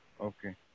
Okay